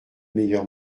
meilleur